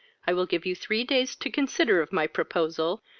i will give you three days to consider of my proposal,